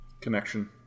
connection